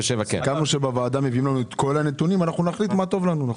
סיכמנו שבוועדה מביאים לנו את כל הנתונים ואנחנו נחליט מה טוב לנו.